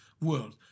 world